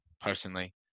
personally